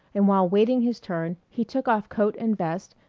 and while waiting his turn he took off coat and vest,